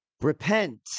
Repent